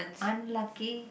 unlucky